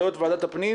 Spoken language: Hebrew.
שמאלנים.